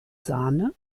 sahne